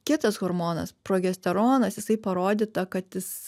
kitas hormonas progesteronas jisai parodyta kad jis